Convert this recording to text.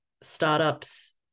startups